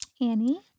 Annie